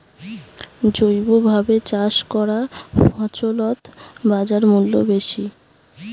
জৈবভাবে চাষ করা ফছলত বাজারমূল্য বেশি